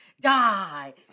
die